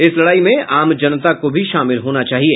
इस लड़ाई में आम जनता को भी शामिल होना चाहिए